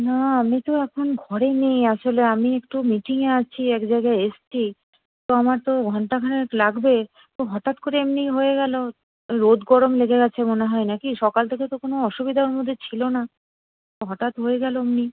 না আমি তো এখন ঘরে নেই আসলে আমি একটু মিটিংয়ে আছি এক জায়গায় এসছি তো আমার তো ঘন্টাখানেক লাগবে তো হঠাৎ করে এমনি হয়ে গেলো রোদ গরম লেগে গেছে মনে হয় না কি সকাল থেকে তো কোনো অসুবিধার মধ্যে ছিল না হঠাৎ হয়ে গেলো এমনি